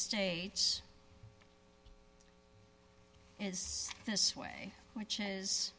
states is this way which is